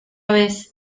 ves